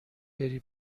بری